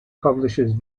publishes